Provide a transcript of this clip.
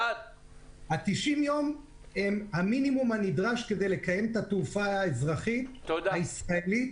ה-90 יום הם המינימום הנדרש כדי לקיים את התעופה האזרחית הישראלית,